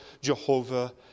Jehovah